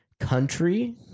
country